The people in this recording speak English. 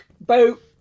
Boat